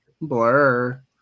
Blur